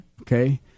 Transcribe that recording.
okay